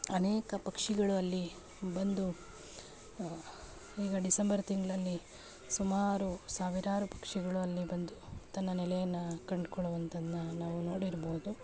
ಅನೇಕ ಪಕ್ಷಿಗಳು ಅಲ್ಲಿ ಬಂದು ಈಗ ಡಿಸೆಂಬರ್ ತಿಂಗಳಲ್ಲಿ ಸುಮಾರು ಸಾವಿರಾರು ಪಕ್ಷಿಗಳು ಅಲ್ಲಿ ಬಂದು ತನ್ನ ನೆಲೆಯನ್ನು ಕಂಡುಕೊಳ್ವಂಥದನ್ನ ನಾವು ನೋಡಿರ್ಬೋದು